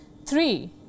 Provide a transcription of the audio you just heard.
Three